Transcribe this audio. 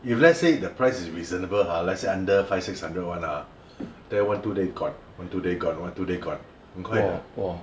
if let's say the price is reasonable ah let's say under five six hundred [one] ah then one two day gone one two day gone one two day gone 很快的